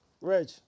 Reg